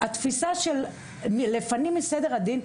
התפיסה של לפנים מסדר הדין,